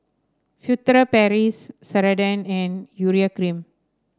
Furtere Paris Ceradan and Urea Cream